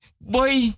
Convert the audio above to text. Boy